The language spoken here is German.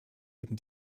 eben